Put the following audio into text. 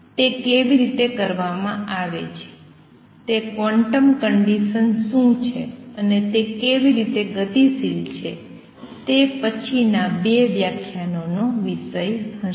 તે કેવી રીતે કરવામાં આવે છે ક્વોન્ટમ કંડિસન્સ શું છે અને તે કેવી રીતે ગતિશીલ છે તે પછીના બે વ્યાખ્યાનોનો વિષય હશે